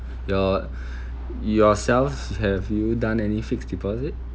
your yourself have you done any fixed deposit